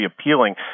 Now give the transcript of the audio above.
appealing